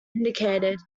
indicated